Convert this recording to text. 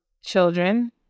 children